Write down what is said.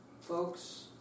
Folks